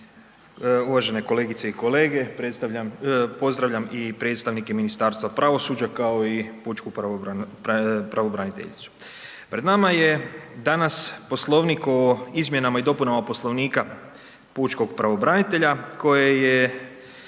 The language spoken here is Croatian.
uvažene kolegice i kolege, predstavljam, pozdravljam i predstavnike Ministarstva pravosuđa, kao i pučku pravobraniteljicu. Pred nama je danas Poslovnik o izmjenama i dopunama Poslovnika pučkog pravobranitelja koje je